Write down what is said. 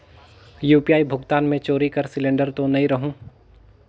UPI भुगतान मे चोरी कर सिलिंडर तो नइ रहु?